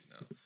now